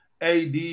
AD